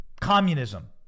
communism